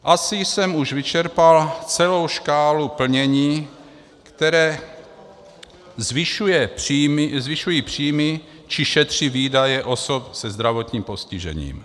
Asi jsem už vyčerpal celou škálu plnění, které zvyšuje příjmy či šetří výdaje osob se zdravotním postižením.